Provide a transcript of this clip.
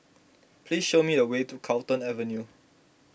please show me the way to Carlton Avenue